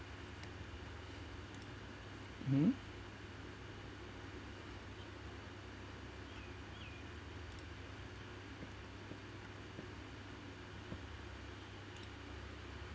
hmm